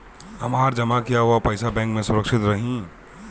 हमार जमा किया हुआ पईसा बैंक में सुरक्षित रहीं?